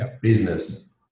business